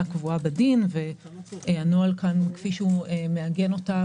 קבועה בדין והנוהל כאן כפי שהוא מעגן אותה,